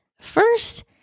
first